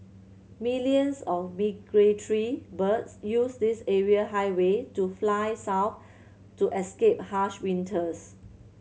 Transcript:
millions of migratory birds use this aerial highway to fly south to escape harsh winters